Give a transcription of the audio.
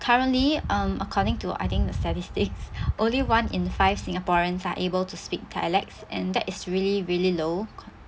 currently um according to I think the statistics only one in five singaporeans are able to speak dialects and that is really really low